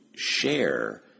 share